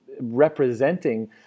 Representing